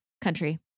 Country